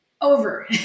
over